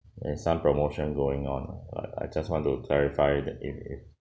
there's some promotion going on ah but I just want to clarify that it is